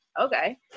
okay